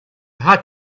had